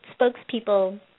spokespeople